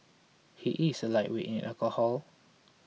he is a lightweight in alcohol